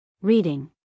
Reading